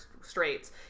straits